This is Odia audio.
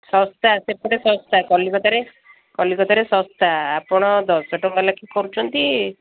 ଶସ୍ତା ସେପଟେ ଶସ୍ତା କଲିକତାରେ କଲିକତାରେ ଶସ୍ତା ଆପଣ ଦଶ ଟଙ୍କା ଲେଖାଏଁ କରୁଛନ୍ତି